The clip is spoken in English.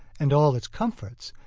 and all its comforts,